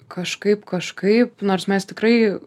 kažkaip kažkaip nors mes tikrai